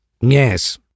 Yes